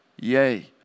Yay